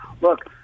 look